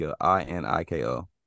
I-N-I-K-O